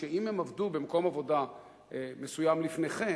שאם הם עבדו במקום עבודה מסוים לפני כן